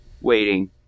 waiting